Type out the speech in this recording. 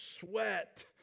sweat